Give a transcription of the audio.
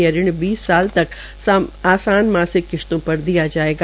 यह ऋण बीस साल तक तक आसान मासिक किश्तों पर दिया जायेगा